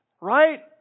Right